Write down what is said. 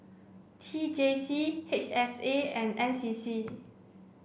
T J C H S A and N C C